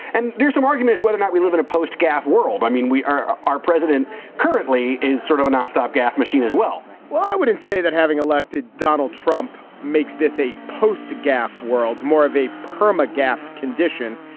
and there are some arguments whether or not we live in a post gaffe world. i mean we are our president currently is sort of a nonstop gaffe machine as well well i wouldn't say that having elected donald trump makes this a post to gaffe world more of a perma gaffe condition.